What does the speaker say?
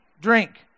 drink